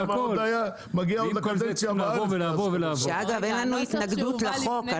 אגב, אין לנו התנגדות לחוק.